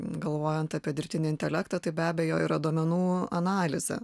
galvojant apie dirbtinį intelektą tai be abejo yra duomenų analizė